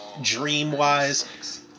dream-wise